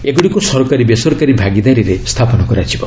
ଏଗୁଡ଼ିକୁ ସରକାରୀ ବେସରକାରୀ ଭାଗିଦାରୀରେ ସ୍ଥାପନ କରାଯିବ